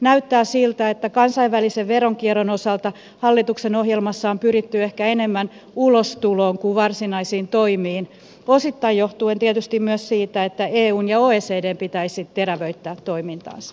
näyttää siltä että kansainvälisen veronkierron osalta hallituksen ohjelmassa on pyritty ehkä enemmän ulostuloon kuin varsinaisiin toimiin osittain johtuen tietysti myös siitä että eun ja oecdn pitäisi terävöittää toimintaansa